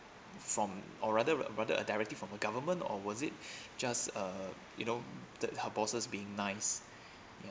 from or rather rather a directive from the government or was it just uh you know that her bosses being nice